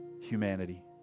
humanity